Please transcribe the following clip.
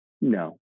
No